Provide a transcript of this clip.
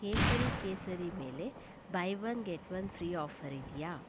ಕೇಸರಿ ಕೇಸರಿ ಮೇಲೆ buy one get one free offer ಇದೆಯಾ